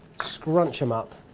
scrunch them up